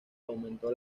aumentó